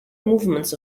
movements